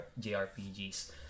JRPGs